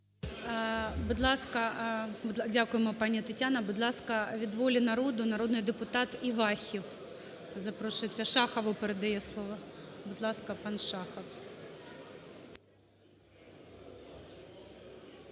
Дякуємо, пані Тетяна. Будь ласка, від "Волі народу" народний депутат Івахів запрошується. Шахову передає слово. Будь ласка, пан Шахов.